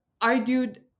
argued